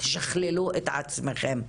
תשכללו את עצמכם.